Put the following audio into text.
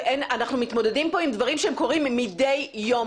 אנחנו מתמודדים פה עם דברים שקורים מדי יום,